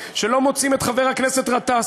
חבר הכנסת אילטוב,